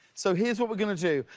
so here's what we're going to do.